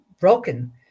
broken